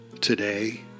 today